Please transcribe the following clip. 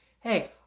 hey